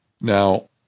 Now